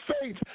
faith